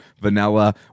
vanilla